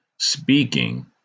speaking